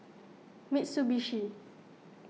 Mitsubishi